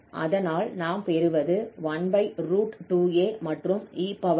அதனால் நாம் பெறுவது 12a மற்றும் e ∝24a